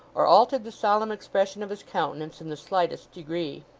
or altered the solemn expression of his countenance in the slightest degree.